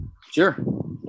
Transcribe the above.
Sure